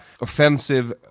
offensive